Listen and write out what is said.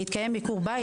התקיים ביקור בית.